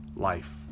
life